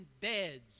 beds